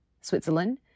Switzerland